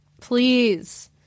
please